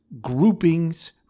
groupings